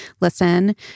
listen